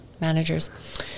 managers